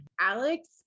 Alex